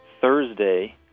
Thursday